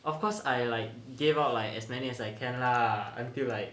of course I like gave out like as many as I can lah until like